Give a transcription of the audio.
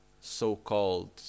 so-called